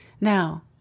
Now